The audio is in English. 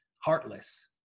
Heartless